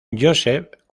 joseph